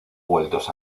vueltos